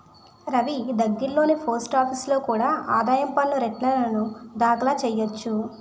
రవీ దగ్గర్లోని పోస్టాఫీసులో కూడా ఆదాయ పన్ను రేటర్న్లు దాఖలు చెయ్యొచ్చు